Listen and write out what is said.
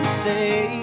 say